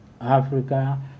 Africa